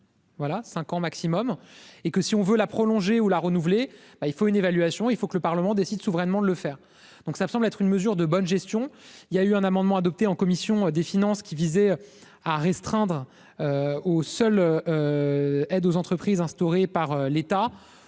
Voilà 5 ans maximum, et que si on veut la prolonger ou la renouveler, ben il faut une évaluation, il faut que le Parlement décide souverainement de le faire, donc ça me semble être une mesure de bonne gestion, il y a eu un amendement adopté en commission des finances, qui visait. à restreindre aux seuls. Aide aux entreprises, instaurée par l'État,